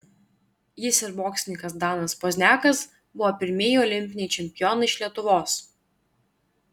jis ir boksininkas danas pozniakas buvo pirmieji olimpiniai čempionai iš lietuvos